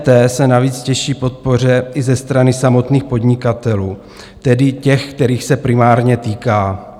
EET se navíc těší podpoře i ze strany samotných podnikatelů, tedy těch, kterých se primárně týká.